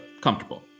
comfortable